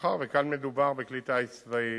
מאחר שכאן מדובר בכלי טיס צבאי,